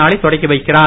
நானை தொடக்கி வைக்கிறார்